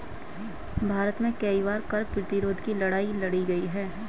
भारत में कई बार कर प्रतिरोध की लड़ाई लड़ी गई है